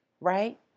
right